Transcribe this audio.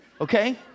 Okay